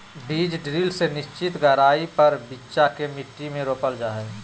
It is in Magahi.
बीज ड्रिल से निश्चित गहराई पर बिच्चा के मट्टी में रोपल जा हई